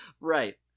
Right